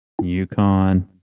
UConn